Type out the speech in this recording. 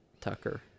Tucker